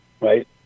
right